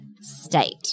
state